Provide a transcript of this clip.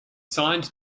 signed